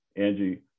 Angie